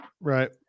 Right